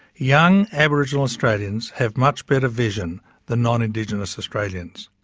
young aboriginal australians have much better vision than non indigenous australians.